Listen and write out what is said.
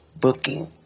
booking